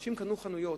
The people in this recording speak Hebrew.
אנשים קנו חנויות,